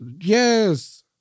Yes